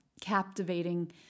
captivating